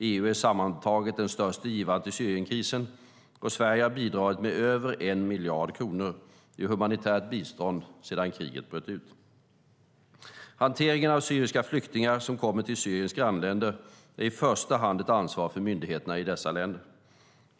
EU är sammantaget den största givaren till Syrienkrisen, och Sverige har bidragit med över 1 miljard kronor i humanitärt bistånd sedan kriget bröt ut. Hanteringen av syriska flyktingar som kommer till Syriens grannländer är i första hand ett ansvar för myndigheterna i dessa länder.